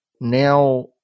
Now